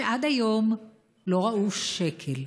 שעד היום לא ראו שקל.